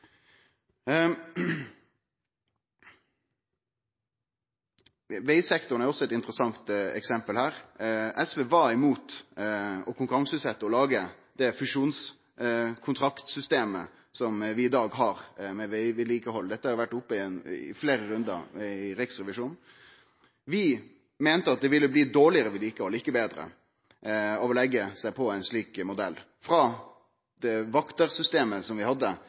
Vegsektoren er også eit interessant eksempel. SV var imot å konkurranseutsetje og lage det fusjonskontrakt-systemet som vi i dag har i vegvedlikehaldet. Dette har vore oppe i fleire rundar i Riksrevisjonen. Vi meinte det ville bli dårlegare vedlikehald, ikkje betre, av å leggje seg på ein slik modell. Frå det vaktarsystemet vi hadde,